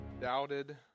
doubted